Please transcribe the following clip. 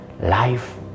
life